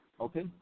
Okay